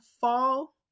fall